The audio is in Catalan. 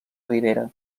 ribera